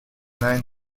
nine